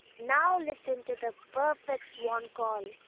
now listen to the perfect swan call.